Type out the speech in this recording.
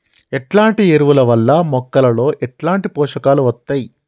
ఎట్లాంటి ఎరువుల వల్ల మొక్కలలో ఎట్లాంటి పోషకాలు వత్తయ్?